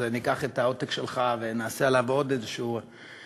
אז ניקח את העותק שלך ונעשה עליו עוד איזה סיבוב.